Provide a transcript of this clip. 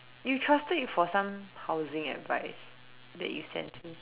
you trusted it for some housing advise that you sent me